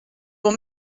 pour